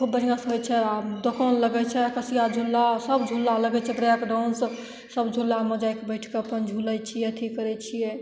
खूब बढ़िआँसे होइ छै आओर दोकान लागै छै अकसिया झूलासब झूला लागै छै ब्रेकडाउन सब सब झूलामे जाके बैठिके अपन झुलै छिए अथी करै छिए